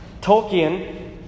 Tolkien